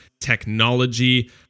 technology